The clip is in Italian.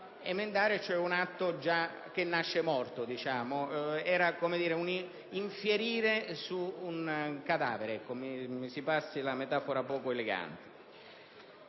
Emendare cioè un atto che già nasce morto sembrava quasi infierire su un cadavere (mi si passi la metafora poco elegante).